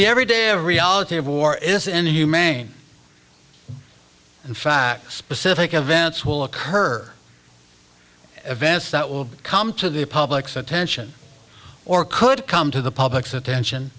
the every day reality of war is inhumane in fact specific events will occur events that will come to the public's attention or could come to the public's attention